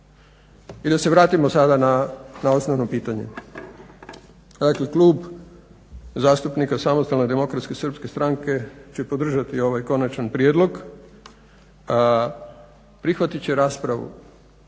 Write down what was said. I da se vratimo sada na osnovno pitanje. Dakle Klub zastupnika SDSS-a će podržati ovaj konačan prijedlog, prihvatit će raspravu